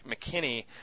mckinney